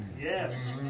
Yes